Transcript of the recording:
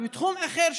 ובתחום אחר,